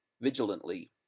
vigilantly